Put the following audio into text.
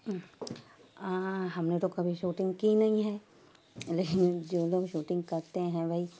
ہم نے تو کبھی شوٹنگ کی نہیں ہے لیکن جو لوگ شوٹنگ کرتے ہیں بھائی